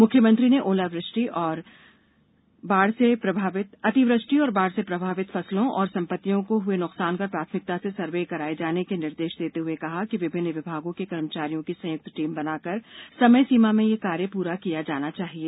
मुख्यमंत्री ने अतिवृष्टि और बाढ़ से प्रभावितों फसलों और संपत्तियों को हए नुकसान का प्राथमिकता से सर्व कराये जाने के निर्देश देते हुए कहा कि विभिन्न विभागों के कर्मचारियों की संयुक्त टीम बनाकर समयसीमा में ये कार्य पूरा किया जाना चाहिए